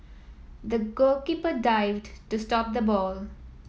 the goalkeeper dived to stop the ball